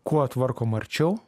kuo tvarkom arčiau